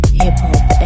hip-hop